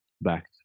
Back